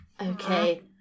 Okay